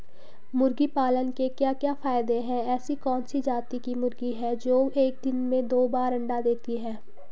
मुर्गी पालन के क्या क्या फायदे हैं ऐसी कौन सी जाती की मुर्गी है जो एक दिन में दो बार अंडा देती है?